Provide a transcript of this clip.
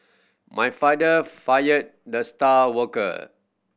my father fired the star worker